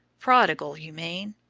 prodigal, you mean.